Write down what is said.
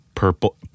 purple